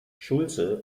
schulze